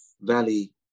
valley